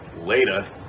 Later